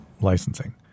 licensing